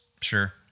Sure